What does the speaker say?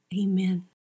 Amen